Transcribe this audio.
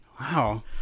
Wow